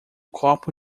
copo